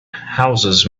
houses